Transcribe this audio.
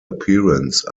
appearance